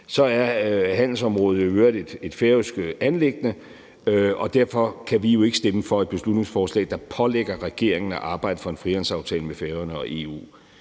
Så er handelsområdet i øvrigt et færøsk anliggende, og derfor kan vi jo ikke stemme for et beslutningsforslag, der pålægger regeringen at arbejde for en frihandelsaftale mellem Færøerne og EU.